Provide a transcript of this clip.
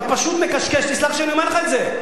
אתה פשוט מקשקש, תסלח לי שאני אומר לך את זה.